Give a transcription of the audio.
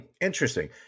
Interesting